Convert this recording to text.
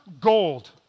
gold